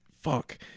Fuck